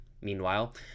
Meanwhile